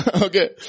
Okay